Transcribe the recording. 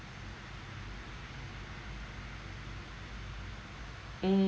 mm